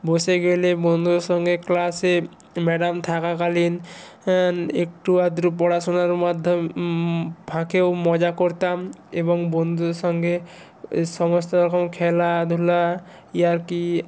বসে গেলে বন্ধুদের সঙ্গে ক্লাসে ম্যাডাম থাকাকালীন একটু আধটু পড়াশুনার মাধ্যম ফাঁকেও মজা করতাম এবং বন্ধুদের সঙ্গে সমস্ত রকম খেলা ধুলা ইয়ার্কি